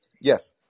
Yes